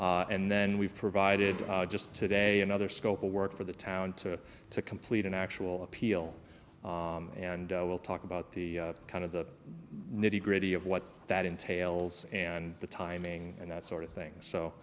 there and then we've provided just today another scope of work for the town to complete an actual appeal and we'll talk about the kind of the nitty gritty of what that entails and the timing and that sort of things so